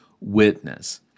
witness